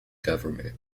government